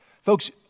Folks